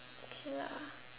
okay lah